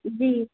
जी